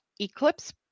eclipse